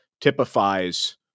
typifies